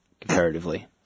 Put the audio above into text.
Comparatively